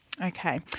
Okay